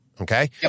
Okay